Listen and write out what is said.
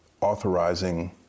authorizing